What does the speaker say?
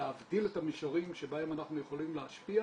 להבדיל את המישורים שבהם אנחנו יכולים להשפיע